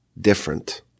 different